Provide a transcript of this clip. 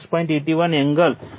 81 angle 21